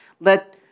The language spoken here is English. Let